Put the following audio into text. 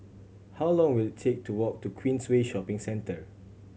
how long will it take to walk to Queensway Shopping Centre